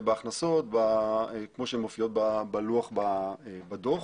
בהכנסות כפי שהן מופיעות בלוח בדו"ח.